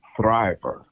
thriver